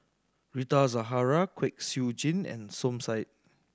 Rita Zahara Kwek Siew Jin and Som Said